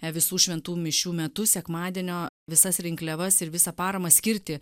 visų šventų mišių metu sekmadienio visas rinkliavas ir visą paramą skirti